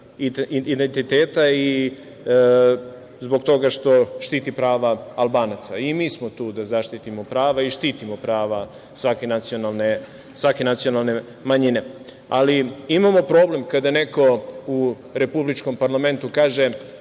identiteta i zbog toga što štiti prava Albanaca. I mi smo tu da zaštitimo prava i štitimo prava svake nacionalne manjine. Ali, imamo problem kada neko u republičkom parlamentu kaže